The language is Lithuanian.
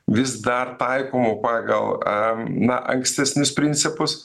vis dar taikomų pagal a na ankstesnius principus